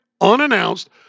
unannounced